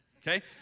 Okay